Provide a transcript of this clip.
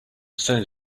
send